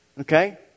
okay